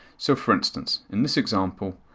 so for instance, in this example,